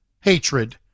hatred